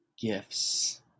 gifts